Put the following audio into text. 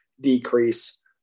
decrease